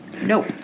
Nope